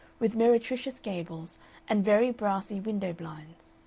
with meretricious gables and very brassy window-blinds.